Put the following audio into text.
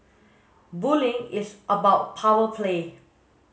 bullying is about power play